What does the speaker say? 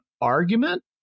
argument